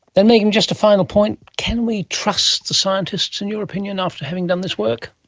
and megan, just a final point, can we trust the scientists, in your opinion, after having done this work?